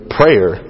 prayer